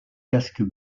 casques